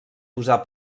posar